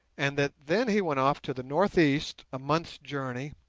and that then he went off to the north-east, a month's journey,